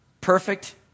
perfect